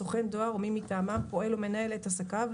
סוכן דואר או מי מטעמם פועל או מנהל את עסקיו,